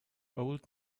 old